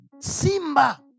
Simba